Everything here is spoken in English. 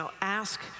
ask